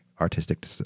artistic